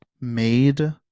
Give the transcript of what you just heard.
made